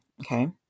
Okay